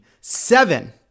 seven